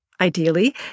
ideally